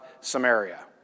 Samaria